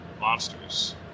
monsters